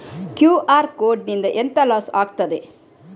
QR code ನಿಂದ ಎಂತ loss ಆಗ್ತದೆ?